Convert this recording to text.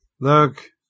Look